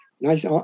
nice